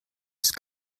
ist